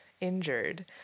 injured